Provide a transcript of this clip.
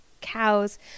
cows